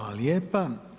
lijepa.